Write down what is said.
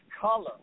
color